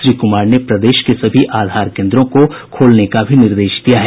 श्री कुमार ने प्रदेश के सभी आधार केन्द्रों को खोलने का निर्देश दिया है